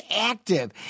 active